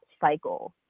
cycle